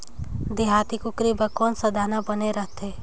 देहाती कुकरी बर कौन सा दाना बने रथे?